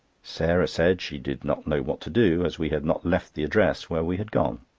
sarah said she did not know what to do, as we had not left the address where we had gone.